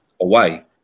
away